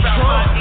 Trump